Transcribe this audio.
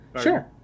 Sure